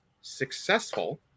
successful